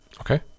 Okay